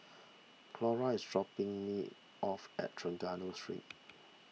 Coral is dropping me off at Trengganu Street